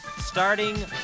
Starting